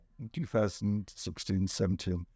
2016-17